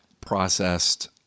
processed